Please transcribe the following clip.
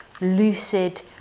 lucid